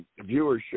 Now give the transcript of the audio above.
viewership